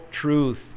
truth